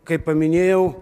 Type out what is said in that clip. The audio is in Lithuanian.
kaip paminėjau